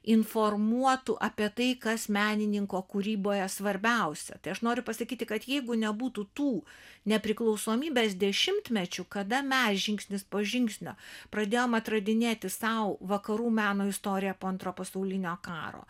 informuotų apie tai kas menininko kūryboje svarbiausia tai aš noriu pasakyti kad jeigu nebūtų tų nepriklausomybės dešimtmečių kada mes žingsnis po žingsnio pradėjom atradinėti sau vakarų meno istoriją po antro pasaulinio karo